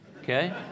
Okay